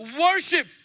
worship